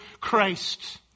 Christ